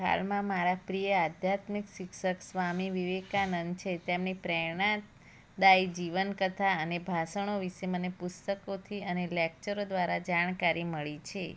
હાલમાં મારા પ્રિય આધ્યાત્મિક શિક્ષક સ્વામી વિવેકાનંદ છે તેમની પ્રેરણા દાયી જીવન કથા અને ભાષણો વિશે મને પુસ્તકોથી અને લેક્ચરો દ્વારા જાણકારી મળી છે